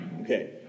Okay